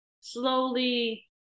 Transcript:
slowly